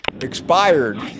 expired